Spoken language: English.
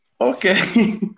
okay